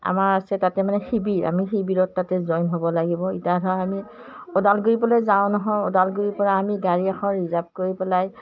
আমাৰ আছে তাতে মানে শিবিৰ আমি শিবিৰত তাতে জইন হ'ব লাগিব এতিয়া ধৰক আমি ওদালগুৰিপৰা যাওঁ নহয় ওদালগুৰিৰপৰা আমি গাড়ী এখন ৰিজাৰ্ভ কৰি পেলাই